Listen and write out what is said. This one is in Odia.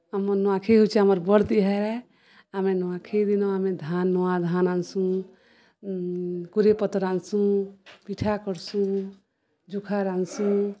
ଆମର୍ ନୂଆଖାଇ ହଉଛେ ଆମର୍ ବଡ଼୍ ତିହାର୍ ଆଏ ଆମେ ନୂଆଖାଇ ଦିନ ଆମେ ଧାନ୍ ନୂଆ ଧାନ୍ ଆନ୍ସୁଁ କୁରେ ପତର୍ ଆନ୍ସୁଁ ପିଠା କର୍ସୁଁ ଜୁଖା ରାନ୍ଧ୍ସୁଁ